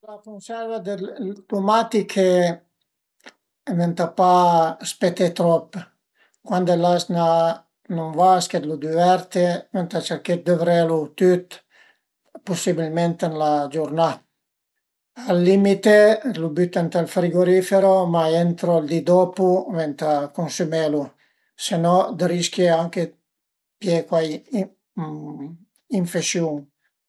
La cunserva dë tumatiche ëntà pa spetè trop, cuand l'as 'na ën vas che lu düverte ëntà cerché dë duvrelu tüt pusibilment ën la giurnà, al limite lu büte ënt ël frigorifero, ma entro ël di dopu ëntà cunsümelu, se no rischie anche dë pìé cuai infesiun